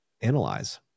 analyze